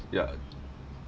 ya